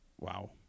Wow